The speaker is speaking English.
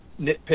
nitpick